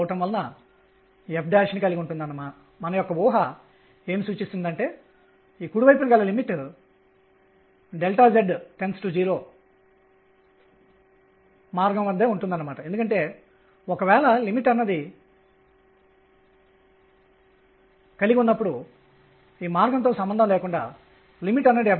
అందువలన ఋణ గుర్తుతోL mk 2mE nr లేదా L n దీనిని ప్రతిక్షేపించినట్లయితే nnrℏmk 2mE లభిస్తుంది లేదా E nnr mk22n22